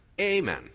Amen